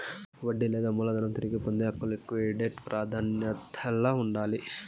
వడ్డీ లేదా మూలధనం తిరిగి పొందే హక్కు లిక్విడేట్ ప్రాదాన్యతల్ల ఉండాది